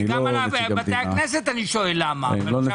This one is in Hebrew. גם לגבי תקצוב בתי הכנסת אני שואל למה אבל גם במקרה הזה.